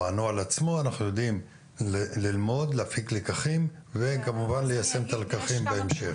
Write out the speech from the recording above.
יודעים להפיק לקחים מן הנוהל וכמובן ליישם את הלקחים בהמשך.